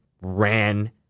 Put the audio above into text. ran